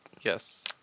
Yes